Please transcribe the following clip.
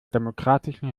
demokratischen